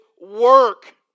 work